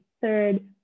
third